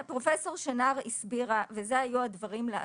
פרופ' שנער הסבירה ואלה היו הדברים לאשורם.